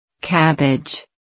Cabbage